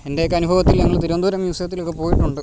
എൻ്റെയൊക്കെ അനുഭവത്തിൽ ഞങ്ങൾ തിരുവനന്തപുരം മ്യൂസിയത്തിലൊക്കെ പോയിട്ടുണ്ട്